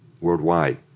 worldwide